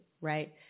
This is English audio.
right